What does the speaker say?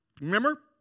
Remember